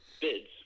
bids